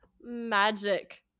magic